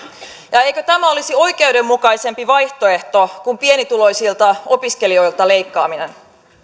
ja eikö tämä olisi oikeudenmukaisempi vaihtoehto kuin pienituloisilta opiskelijoilta leikkaaminen